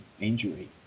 injury